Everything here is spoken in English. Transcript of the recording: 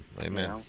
Amen